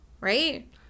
right